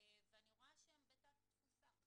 ואני רואה שהם בתת תפוסה,